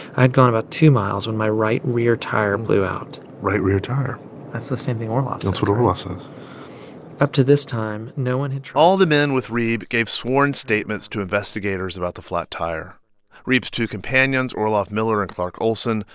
i'd gone about two miles when my right rear tire blew out right rear tire that's the same thing orloff says that's what orloff says up to this time, no one had. all the men with reeb gave sworn statements to investigators about the flat tire reeb's two companions, orloff miller and clark olsen,